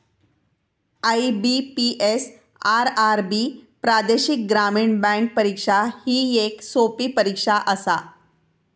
IBPS, RRB प्रादेशिक ग्रामीण bank परीक्षा ही येक सोपी परीक्षा आसा